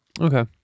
Okay